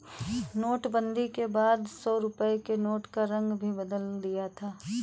नोटबंदी के बाद सौ रुपए के नोट का रंग भी बदल दिया था